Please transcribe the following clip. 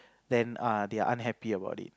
then uh they are unhappy about it